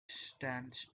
stands